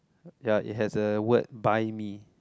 ya it has a word buy me